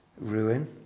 ruin